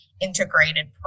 integrated